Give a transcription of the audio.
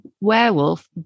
werewolf